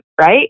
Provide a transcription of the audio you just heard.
right